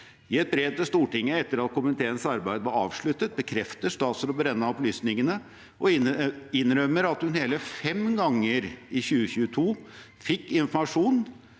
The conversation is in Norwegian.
I et brev til Stortinget etter at komiteens arbeid var avsluttet, bekrefter statsråd Brenna opplysningene og innrømmer at hun hele fem ganger i 2022 fikk informasjon